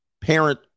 parent